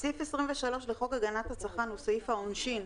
סעיף 23 לחוק הגנת הצרכן הוא סעיף העונשין,